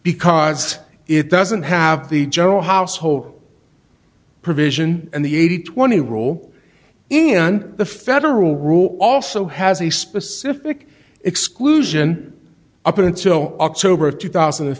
because it doesn't have the general household provision and the eighty twenty rule in the federal rule also has a specific exclusion up until october of two thousand and